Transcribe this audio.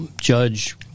judge